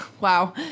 Wow